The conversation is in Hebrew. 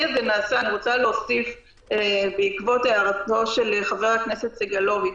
אני רוצה להוסיף בעקבות הערתו של חבר הכנסת סגלוביץ'.